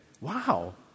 Wow